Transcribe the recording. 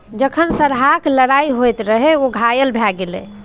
जखन सरहाक लड़ाइ होइत रहय ओ घायल भए गेलै